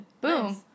Boom